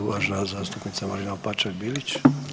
Uvažena zastupnica Marina-Opačak Bilić.